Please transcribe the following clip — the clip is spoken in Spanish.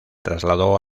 trasladó